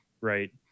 right